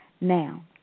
Now